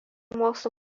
mokslų